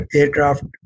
aircraft